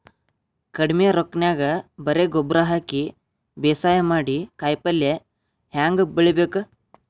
ಕಡಿಮಿ ರೊಕ್ಕನ್ಯಾಗ ಬರೇ ಗೊಬ್ಬರ ಹಾಕಿ ಬೇಸಾಯ ಮಾಡಿ, ಕಾಯಿಪಲ್ಯ ಹ್ಯಾಂಗ್ ಬೆಳಿಬೇಕ್?